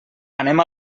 anem